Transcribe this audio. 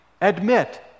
admit